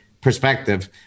perspective